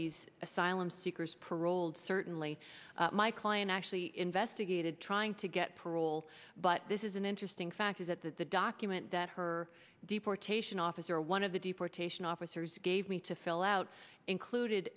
these asylum seekers paroled certainly my client actually investigated trying to get parole but this is an interesting fact is that the document that her deportation officer one of the deportation officers gave me to fill out included